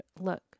look